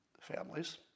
families